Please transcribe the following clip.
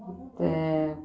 ಮತ್ತು